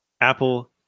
Apple